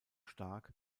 stark